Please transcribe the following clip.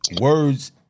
words